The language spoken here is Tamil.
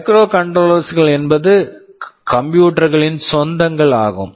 மைக்ரோகண்ட்ரோலர் microcontroller கள் என்பது கம்ப்யூட்டர் computer -களின் சொந்தங்கள் ஆகும்